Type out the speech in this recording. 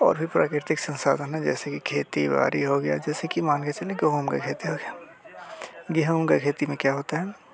और भी प्राकृतिक संसाधन हैं जैसे कि खेती बाड़ी हो गई जैसे कि मान के चलिए गेहूँ की खेती हो गई गेहूँ की खेती में क्या होता है